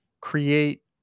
create